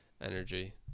energy